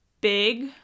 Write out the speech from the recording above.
big